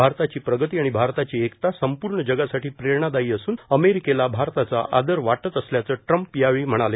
भारताची प्रगती आणि भारताची एकता संपूर्ण जगासाठी प्रेरणादायी असून अमेरिकेला भारताचा आदर वाटत असल्याचं ट्रम्प यावेळी म्हणाले